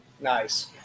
Nice